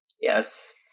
yes